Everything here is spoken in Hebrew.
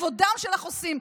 לכבודם של החוסים,